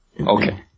Okay